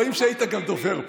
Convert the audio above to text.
רואים שהיית גם דובר פעם.